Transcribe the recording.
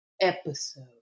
episode